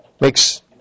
makes